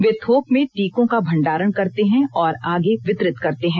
वे थोक में टीकों का भंडारण करते हैं और आगे वितरित करते हैं